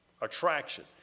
Attraction